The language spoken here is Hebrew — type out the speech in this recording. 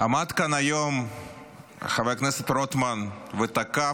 עמד כאן היום חבר הכנסת רוטמן ותקף,